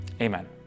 Amen